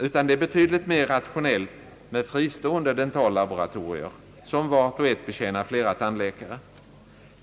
det är betydligt mera rationellt med fristående dentallaboratorier som vart och ett betjänar flera tandläkare.